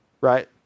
right